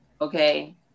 okay